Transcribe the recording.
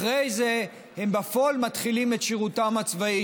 אחרי זה הם בפועל מתחילים את שירותם הצבאי,